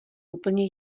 úplně